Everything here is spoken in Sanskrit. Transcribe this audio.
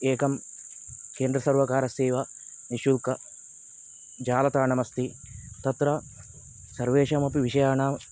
एकं केन्द्रसर्वकारस्येव निःशुल्क जालस्थानम् अस्ति तत्र सर्वेषाम् अपि विषयानाम्